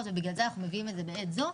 שבגלל זה אנחנו מביאים את זה בעת הזו,